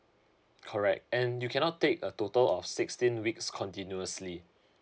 correct and you cannot take a total of sixteen weeks continuously